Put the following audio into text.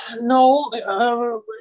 no